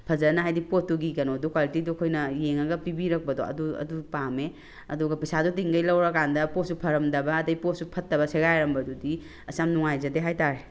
ꯐꯖꯅ ꯍꯥꯏꯗꯤ ꯄꯣꯠꯇꯨꯒꯤ ꯀꯩꯅꯣꯗꯣ ꯀ꯭ꯋꯥꯂꯤꯇꯤꯗꯣ ꯑꯩꯈꯣꯏꯅ ꯌꯦꯡꯉꯒ ꯄꯤꯕꯤꯔꯛꯄꯗꯣ ꯑꯗꯣ ꯑꯗꯨ ꯄꯥꯝꯃꯦ ꯑꯗꯨꯒ ꯄꯩꯁꯥꯁꯨ ꯇꯤꯡꯈꯩ ꯂꯧꯔꯀꯥꯟꯗ ꯄꯣꯠꯁꯨ ꯐꯔꯝꯗꯕ ꯑꯗꯩ ꯄꯣꯠꯁꯨ ꯐꯠꯇꯕ ꯁꯦꯒꯥꯏꯔꯝꯕꯗꯨꯗꯤ ꯑꯁ ꯌꯥꯝ ꯅꯨꯡꯉꯥꯏꯖꯗꯦ ꯍꯥꯏꯇꯥꯔꯦ